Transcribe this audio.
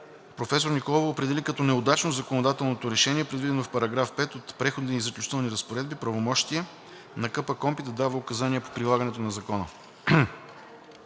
Професор Николова определи като неудачно законодателно решение предвиденото в § 5 от Преходните и заключителните разпоредби правомощие на КПКОНПИ да дава указания по прилагането на Закона.